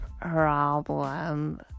problem